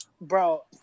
Bro